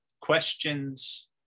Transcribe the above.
questions